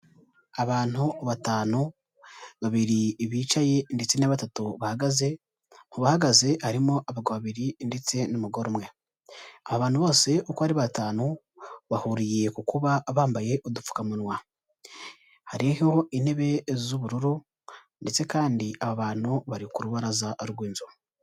Abantu batanu, babiri bicaye ndetse na batatu bahagaze, mu bahagaze harimo abagabo babiri ndetse n'umugore umwe. Abo bantu bose uko ari batanu, bahuriye ku kuba bambaye udupfukamunwa. Hariho intebe z'ubururu ndetse kandi abo bantu bari ku rubaraza rw'inzu.